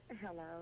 Hello